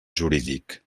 jurídic